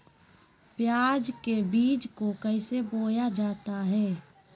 प्याज के बीज को कैसे बोया जाता है?